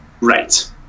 Right